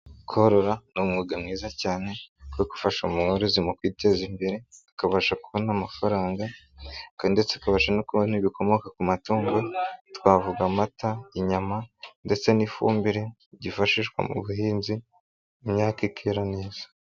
Korora ni umwuga mwiza cyane wo gufasha umunturezi mu kwiteza imbere, akabasha kubona amafaranga ndetse akabasha no kubona ibikomoka ku matungo. Twavuga amata, inyama ndetse n'ifumbire byifashishwa mu buhinzi imyaka ikera neza.